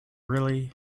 really